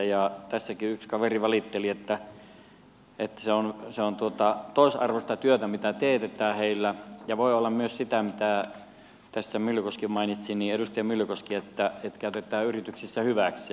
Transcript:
tässäkin yksi kaveri valitteli että se on toisarvoista työtä mitä teetetään heillä ja voi olla myös sitä mitä tässä edustaja myllykoski mainitsi että käytetään yrityksissä hyväksi